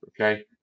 okay